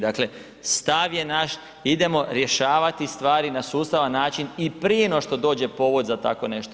Dakle, stav je naš idemo rješavati stvari na sustavan način i prije nego što dođe povod za tako nešto.